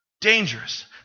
Dangerous